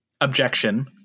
objection